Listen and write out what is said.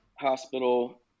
hospital